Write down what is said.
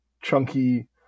chunky